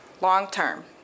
long-term